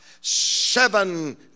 seven